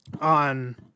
on